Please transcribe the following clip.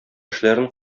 эшләрен